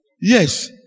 Yes